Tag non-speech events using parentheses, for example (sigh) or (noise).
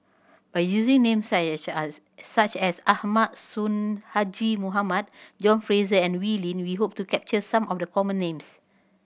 by using names (unintelligible) as such as Ahmad Sonhadji Mohamad John Fraser and Wee Lin we hope to capture some of the common names